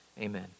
Amen